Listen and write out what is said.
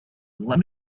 let